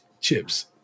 chips